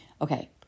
Okay